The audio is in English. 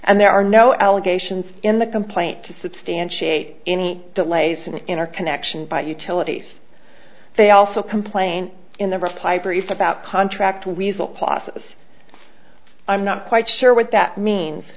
and there are no allegations in the complaint to substantiate any delays and in our connection by utilities they also complain in the reply brief about contract results losses i'm not quite sure what that means